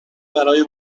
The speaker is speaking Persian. برای